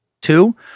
Two